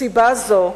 מסיבה זו,